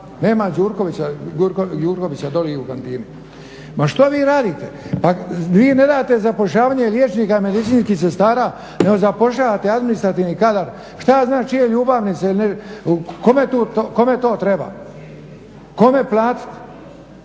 Nema Gjurkovića, doli je u kantini. Ma što vi radite? Pa vi ne date zapošljavanje liječnika, medicinskih sestara, nego zapošljavate administrativni kadar, šta ja znam čije ljubavnice. Kome to treba? Kome platiti?